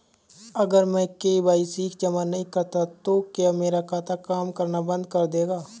अगर मैं के.वाई.सी जमा नहीं करता तो क्या मेरा खाता काम करना बंद कर देगा?